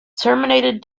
terminated